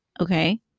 Okay